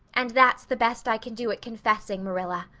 and that's the best i can do at confessing, marilla.